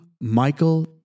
Michael